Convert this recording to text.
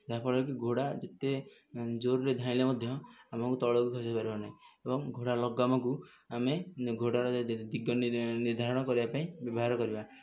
ଯାହାଫଳରେକି ଘୋଡ଼ା ଯେତେ ଜୋରରେ ଧାଇଁଲେ ମଧ୍ୟ ଆମକୁ ତଳକୁ ଖସେଇ ପାରିବ ନାହିଁ ଏବଂ ଘୋଡ଼ା ଲଗାମକୁ ଆମେ ଘୋଡ଼ାର ଦିଗ ନିର୍ଦ୍ଧାରଣ କରିବା ପାଇଁ ବ୍ୟବହାର କରିବା